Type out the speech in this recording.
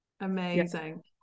amazing